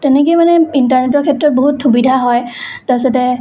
তেনেকে মানে ইণ্টাৰনেটৰ ক্ষেত্ৰত বহুত সুবিধা হয় তাৰপাছতে